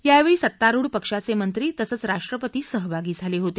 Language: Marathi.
यावेळी सत्तारुढ पक्षाचे मंत्री तसेच राष्ट्रपती सहभागी झाले होते